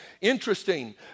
Interesting